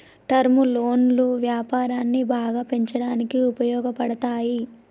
term లోన్లు వ్యాపారాన్ని బాగా పెంచడానికి ఉపయోగపడతాయి